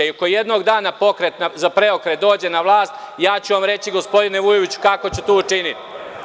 Ako jednog dana Pokret za preokret dođe na vlast ja ću vam reći gospodine Vujoviću kako ću to učiniti.